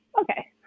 okay